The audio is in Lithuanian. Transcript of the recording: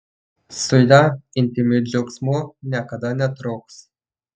su ja intymių džiaugsmų niekada netruks